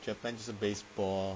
japan 是 baseball